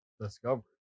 discovered